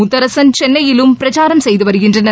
முத்தரசன் சென்னையிலும் பிரச்சாரம் செய்து வருகின்றனர்